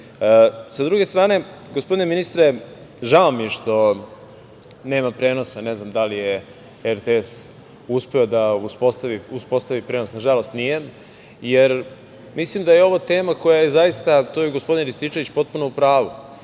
druge strane, gospodine ministre, žao mi je što nema prenosa, ne znam da li je RTS uspeo da uspostavi prenos, nažalost nije, jer mislim da je ovo tema, gospodin Rističević je potpuno u pravu,